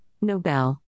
Nobel